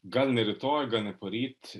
gal ne rytoj gal ne poryt